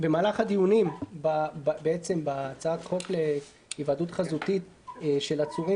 במהלך הדיונים בהצעת החוק להיוועדות חזותית של עצורים